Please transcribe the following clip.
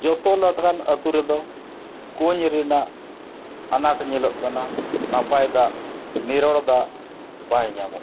ᱡᱚᱛᱚ ᱞᱮᱠᱟᱱ ᱟᱹᱛᱩ ᱨᱮᱫᱚ ᱠᱩᱧ ᱨᱮᱱᱟᱜ ᱟᱱᱟᱴ ᱧᱮᱞᱚᱜ ᱠᱟᱱᱟ ᱱᱟᱯᱟᱭ ᱫᱟᱜ ᱱᱤᱨᱚᱲ ᱫᱟᱜ ᱵᱟᱭ ᱧᱟᱢᱚᱜ ᱠᱟᱱᱟ